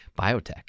biotech